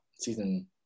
season